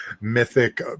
mythic